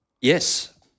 Yes